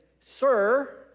sir